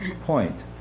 point